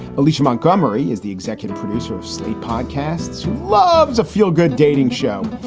alicia montgomery is the executive producer of slate podcasts who loves a feel good dating show.